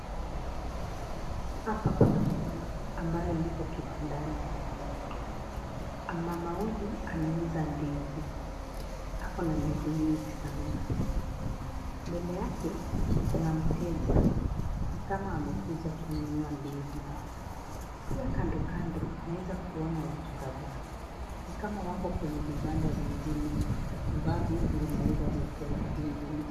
Hapa kuna mama ambaye yuko kibandani. Mama huyu anauza ndizi, ako na ndizi nyingi sana. Mbele yake kuna mteja ni kama ananunua ndizi. Pia kando kando tunaeza kuona watu kadhaa, ni kama wako katika vibanda vingine vinavyouza vyakula vingine.